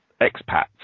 expats